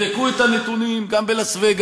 תבדקו את הנתונים, גם בלאס-וגאס